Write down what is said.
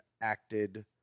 acted